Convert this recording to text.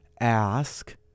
ask